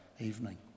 evening